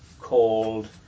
called